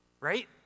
Right